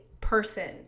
person